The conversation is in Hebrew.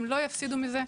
הם לא יפסידו מזה,